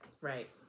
Right